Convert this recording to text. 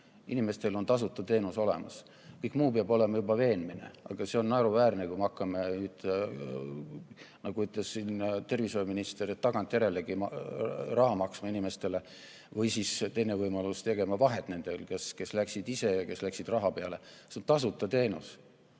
Inimestel on tasuta teenus olemas, kõik muu peab olema juba veenmine, aga see on naeruväärne, kui me hakkame, nagu ütles tervishoiuminister, isegi tagantjärele selle eest inimestele raha maksma või siis teine võimalus, tegema vahet nendel, kes läksid ise ja kes läksid raha peale. See on tasuta teenus.